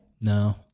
No